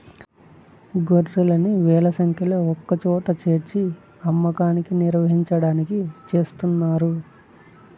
గొర్రెల్ని వేల సంఖ్యలో ఒకచోట చేర్చి అమ్మకాన్ని నిర్వహించడాన్ని చేస్తున్నారు